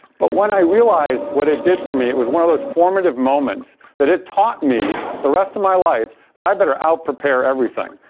but when i realized what it did for me it was one of those formative moments that it taught me the rest of my life that i better out-prepare everything.